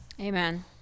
Amen